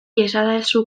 iezadazu